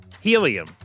Helium